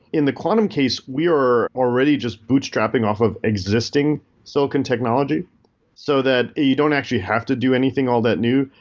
in the quantum case, we are already just boot strapping off of existing silicon technology so that you don't actually have to do anything all that new.